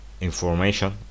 information